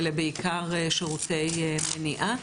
בעיקר שירותי מניעה,